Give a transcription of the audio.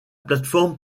plateforme